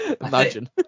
Imagine